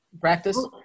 practice